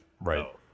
Right